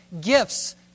gifts